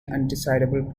undecidable